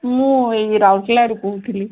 ମୁଁ ଏଇ ରାଉଲକେଲାରୁ କହୁଥିଲି